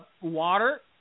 Water